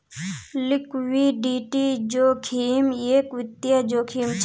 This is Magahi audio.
लिक्विडिटी जोखिम एक वित्तिय जोखिम छे